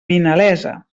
vinalesa